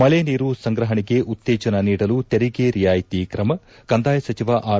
ಮಕನೀರು ಸಂಗ್ರಹಣೆಗೆ ಉತ್ತೇಜನ ನೀಡಲು ತೆರಿಗೆ ರಿಯಾಯಿತಿ ಕ್ರಮ ಕಂದಾಯ ಸಚಿವ ಆರ್